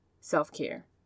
self-care